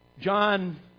John